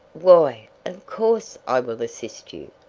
why, of course i will assist you!